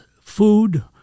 food